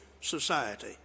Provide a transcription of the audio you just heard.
society